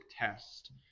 test